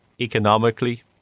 economically